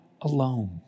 alone